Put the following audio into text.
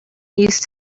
used